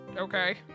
okay